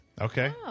Okay